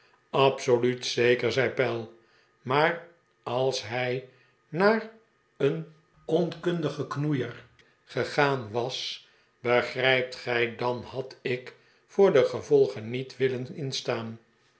absoluut zeker zei pell maar als hij naar een onkundigen knoeier gegaan was begrijpt gij dan had ik voor de gevolgen niet willen instaan